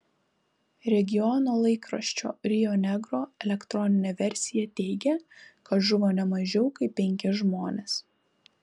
regiono laikraščio rio negro elektroninė versija teigia kad žuvo ne mažiau kaip penki žmonės